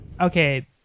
Okay